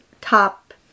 top